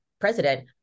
president